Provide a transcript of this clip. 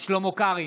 שלמה קרעי,